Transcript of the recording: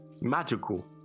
Magical